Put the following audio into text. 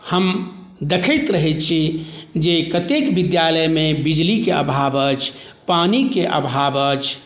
हम देखैत रहै छी जे कतेक विद्यालयमे बिजलीके अभाव अछि पानीके अभाव अछि